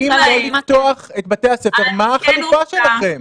להבין אם לא לפתוח את בתי הספר מה החלופה שלכם?